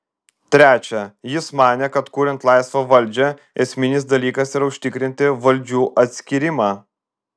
trečia jis manė kad kuriant laisvą valdžią esminis dalykas yra užtikrinti valdžių atskyrimą